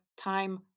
time